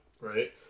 right